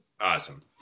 Awesome